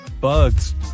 Bugs